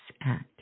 act